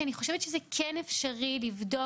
כי אני חושבת שזה כן אפשרי לבדוק,